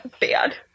bad